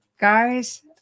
guys